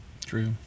true